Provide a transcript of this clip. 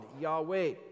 Yahweh